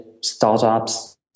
startups